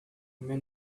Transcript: men